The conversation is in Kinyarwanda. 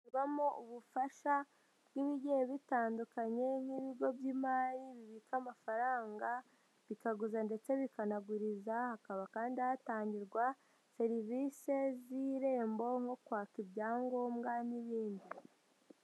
Ibamo ubufasha bw'igiye bitandukanye, nk'ibigo by'imari bibika amafaranga, bikaguza ndetse bikanaguriza, hakaba kandi hatangirwa serivise z'irembo nko kwaka ibyangombwa n'ibindi.